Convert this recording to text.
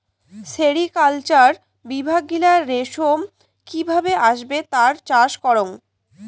sericulture বিভাগ গিলা রেশম কি ভাবে আসবে তার চাষ করাং